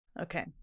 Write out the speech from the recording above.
Okay